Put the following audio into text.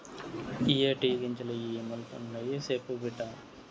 ఇయ్యే టీ గింజలు ఇ మల్పండాయి, సెప్పు బిడ్డా